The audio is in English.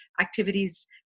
activities